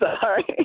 sorry